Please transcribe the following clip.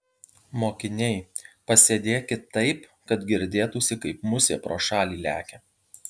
mokiniai pasėdėkit taip kad girdėtųsi kaip musė pro šalį lekia